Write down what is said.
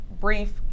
brief